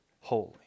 holy